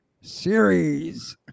series